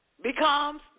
becomes